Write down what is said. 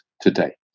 today